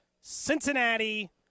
Cincinnati